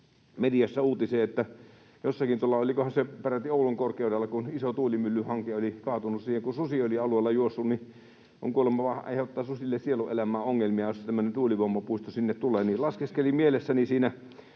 mediassa uutisen, että jossakin tuolla, olikohan se peräti Oulun korkeudella, iso tuulimyllyhanke oli kaatunut siihen, kun susi oli alueella juossut ja kuulemma aiheuttaa susille sielunelämään ongelmia, jos tämmöinen tuulivoimapuisto sinne tulee. Kyselin